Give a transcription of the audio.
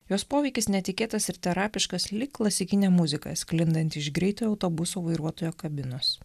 jos poveikis netikėtas ir terapiškas lyg klasikinė muzika sklindanti iš greitojo autobuso vairuotojo kabinos